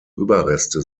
überreste